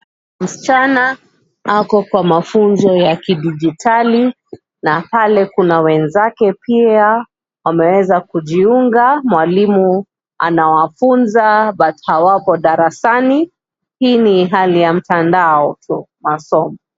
Msichana ako kwa mafunzo ya kidijitali na pale kuna wenzake pia wameweza kujiunga. Mwalimu anawafunza but hawapo darasani hii ni hali ya mtandao tu masomo.